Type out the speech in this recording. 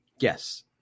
yes